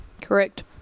Correct